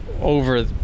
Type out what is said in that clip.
over